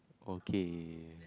okay